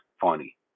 funny